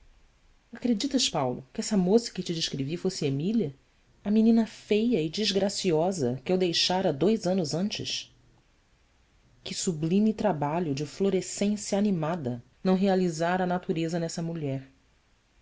desapareceu acreditas paulo que essa moça que te descrevi fosse emília a menina feia e desgraciosa que eu deixara dois anos antes que sublime trabalho de florescência animada não realizara a natureza nessa mulher